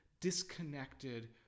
disconnected